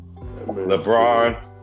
LeBron